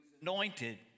anointed